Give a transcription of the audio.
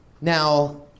Now